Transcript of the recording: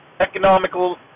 Economical